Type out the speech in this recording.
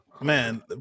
man